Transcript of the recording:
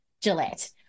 Gillette